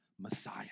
Messiah